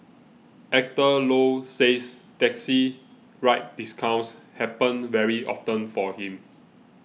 Actor Low says taxi ride discounts happen very often for him